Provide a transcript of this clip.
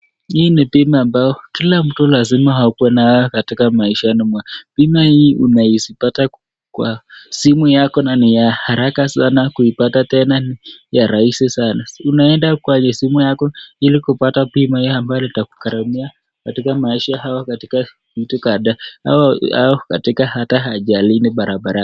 Hii ni bima ambayo kila mtu lazima akue nayo katika maishani mwake. Bima hii unaezapata kwa simu yako na ni ya haraka sanaa kuipata tena ya rahisi sanaa. Unaenda kwenye simu yako ili kupata bima hii ambayo itakugharimia katika maisha au katika vitu kadhaa au katika hata ajalini barabarani.